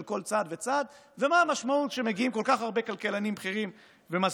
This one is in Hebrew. כל צעד וצעד ומה המשמעות כשמגיעים כל כך הרבה כלכלנים בכירים ומסבירים